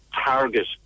target